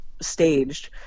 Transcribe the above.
staged